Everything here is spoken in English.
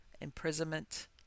imprisonment